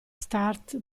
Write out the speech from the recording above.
start